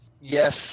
yes